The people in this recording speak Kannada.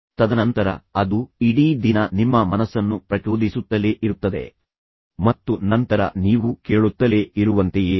ತದನಂತರ ಅದು ಇಡೀ ದಿನ ನಿಮ್ಮ ಮನಸ್ಸನ್ನು ಪ್ರಚೋದಿಸುತ್ತಲೇ ಇರುತ್ತದೆ ಮತ್ತು ನಂತರ ನೀವು ಕೇಳುತ್ತಲೇ ಇರುವಂತೆಯೇ ಇರುತ್ತದೆ